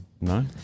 No